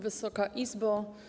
Wysoka Izbo!